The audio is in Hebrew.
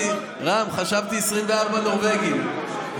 רם, חשבתי 24 נורבגים.